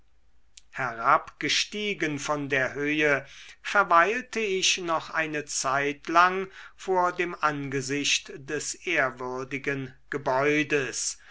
herabgestiegen von der höhe verweilte ich noch eine zeitlang vor dem angesicht des ehrwürdigen gebäudes